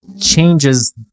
changes